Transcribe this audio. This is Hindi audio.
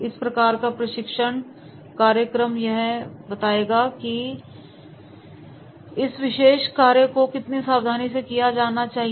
इस प्रकार का प्रशिक्षण कार्यक्रमयह बताएगा कि इस विशेष कार्य को कितनी सावधानी से किया जाना चाहिए